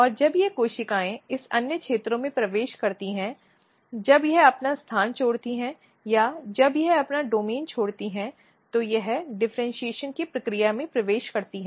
और जब ये कोशिकाएँ इस अन्य क्षेत्रों में प्रवेश करती हैं जब यह अपना स्थान छोड़ती हैं या जब यह अपना डोमेन छोड़ती है तो यह डिफ़र्इन्शीएशन की प्रक्रिया में प्रवेश करती है